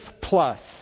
plus